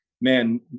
man